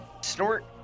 snort